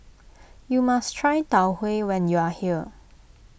you must try Tau Huay when you are here